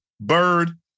Bird